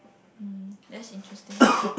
mm that's interesting